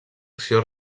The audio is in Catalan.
acció